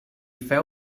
feu